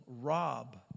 rob